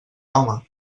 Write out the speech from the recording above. home